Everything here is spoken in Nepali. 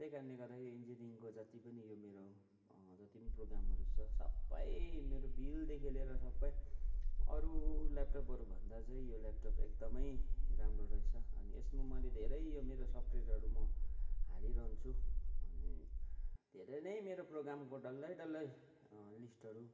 त्यही कारणले गर्दाखेरि इन्जिनियरिङको जति पनि यो मेरो जति पनि प्रोगामहरू छ सबै मेरो बिलदेखि लिएर सबै अरू ल्यापटपहरूभन्दा चाहिँ यो ल्यापटप एकदमै राम्रो रहेछ अनि यसमा मैले धेरै यो मेरो सफ्टवेरहरू म हालिरहन्छु अनि धेरै नै मेरो प्रोग्रामको डल्लै डल्लै लिस्टहरू